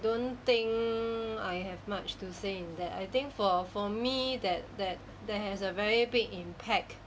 don't think I have much to say in that I think for for me that that that has a very big impact